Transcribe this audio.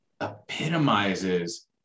epitomizes